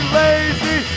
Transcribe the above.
lazy